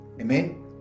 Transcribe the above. Amen